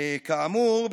כאמור,